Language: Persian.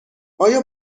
آیا